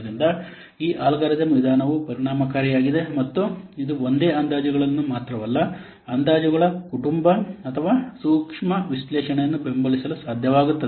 ಆದ್ದರಿಂದ ಈ ಅಲ್ಗಾರಿದಮ್ ವಿಧಾನವು ಪರಿಣಾಮಕಾರಿಯಾಗಿದೆ ಮತ್ತು ಇದು ಒಂದೇ ಅಂದಾಜುಗಳನ್ನು ಮಾತ್ರವಲ್ಲ ಅಂದಾಜುಗಳ ಕುಟುಂಬ ಅಥವಾ ಸೂಕ್ಷ್ಮ ವಿಶ್ಲೇಷಣೆಯನ್ನು ಬೆಂಬಲಿಸಲು ಸಾಧ್ಯವಾಗುತ್ತದೆ